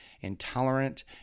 intolerant